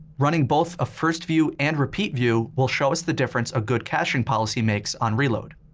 running both a first view and repeat view will show us the difference a good caching policy makes on reload.